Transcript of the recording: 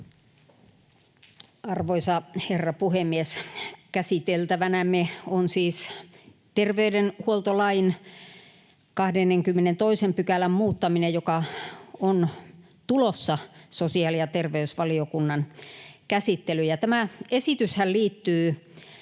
Arvoisa herra puhemies! Käsiteltävänämme on siis terveydenhuoltolain 22 §:n muuttaminen, joka on tulossa sosiaali- ja terveysvaliokunnan käsittelyyn. Tämä esityshän liittyy